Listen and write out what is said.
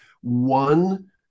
one